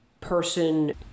person